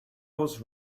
was